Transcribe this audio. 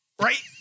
right